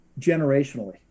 generationally